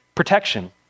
protection